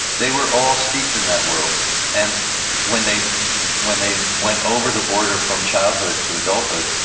they were all steeped in that world and when they when they went over the border from childhood to adulthood,